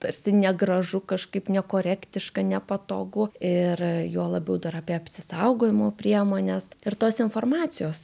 tarsi negražu kažkaip nekorektiška nepatogu ir juo labiau dar apie apsisaugojimo priemones ir tos informacijos